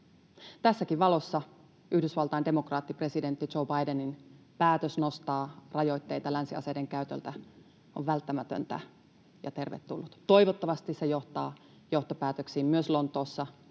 Tässäkin valossa Yhdysvaltain demokraattipresidentti Joe Bidenin päätös poistaa rajoitteita länsiaseiden käytöltä on välttämätön ja tervetullut. Toivottavasti se johtaa johtopäätöksiin myös Lontoossa,